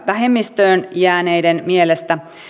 vähemmistöön jääneiden mielestä